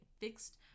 fixed